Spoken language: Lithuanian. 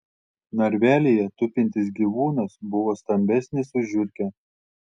narvelyje tupintis gyvūnas buvo stambesnis už žiurkę